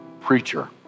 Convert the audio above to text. preacher